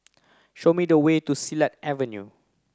show me the way to Silat Avenue